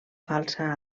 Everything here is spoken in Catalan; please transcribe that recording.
falsa